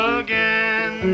again